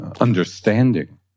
understanding